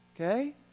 Okay